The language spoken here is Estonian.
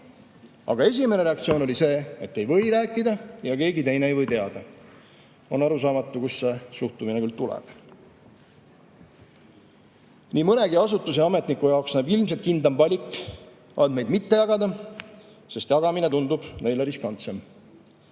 Aga esimene reaktsioon oli see, et ei või rääkida ja keegi teine ei või teada. On arusaamatu, kust see suhtumine küll tuleb. Nii mõnegi asutuse ametniku jaoks näib ilmselt kindlam valik andmeid mitte jagada, sest jagamine tundub neile riskantsem.